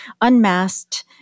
unmasked